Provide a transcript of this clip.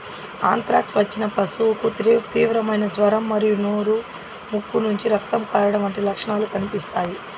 anthrax వచ్చిన పశువుకు తీవ్రమైన జ్వరం మరియు నోరు, ముక్కు నుంచి రక్తం కారడం వంటి లక్షణాలు కనిపిస్తాయి